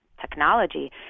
technology